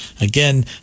Again